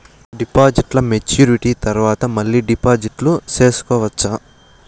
డిపాజిట్లు మెచ్యూరిటీ తర్వాత మళ్ళీ డిపాజిట్లు సేసుకోవచ్చా?